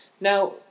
Now